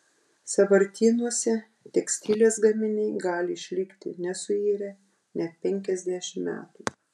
sąvartynuose tekstilės gaminiai gali išlikti nesuirę net penkiasdešimt metų